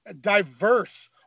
diverse